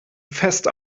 fest